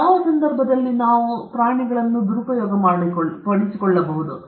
ಯಾವ ಸಂದರ್ಭಗಳಲ್ಲಿ ನಾವು ಇದನ್ನು ಮಾಡಬಹುದು